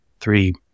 three